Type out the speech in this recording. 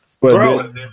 Bro